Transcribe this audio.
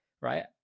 Right